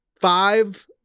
five